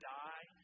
die